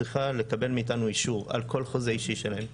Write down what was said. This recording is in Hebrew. צריכה לקבל מאיתנו אישור על כל חוזה אישי שלהם.